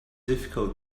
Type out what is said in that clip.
difficult